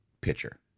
pitcher